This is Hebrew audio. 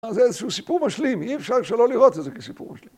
זה איזשהו סיפור משלים, אי אפשר שלא לראות את זה כסיפור משלים.